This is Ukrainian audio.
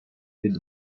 від